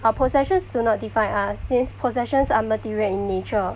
our possessions do not define us since possessions are material in nature